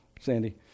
Sandy